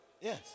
Yes